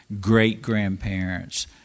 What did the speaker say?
great-grandparents